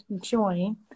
join